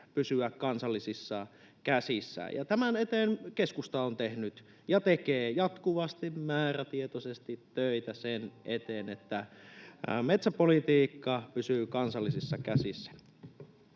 pysyä kansallisissa käsissä. Ja tämän eteen keskusta on tehnyt ja tekee jatkuvasti, määrätietoisesti töitä — sen eteen, että metsäpolitiikka pysyy kansallisissa käsissä.